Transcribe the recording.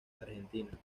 argentina